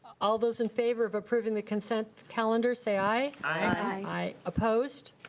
all those in favor of approving the consent calendar, say aye. aye. opposed?